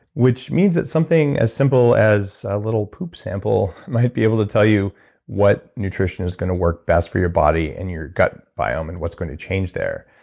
which means that something as simple as a little poop sample might be able to tell you what nutrition is going to work best for your body and your gut biome and what's going to change there.